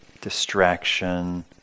distraction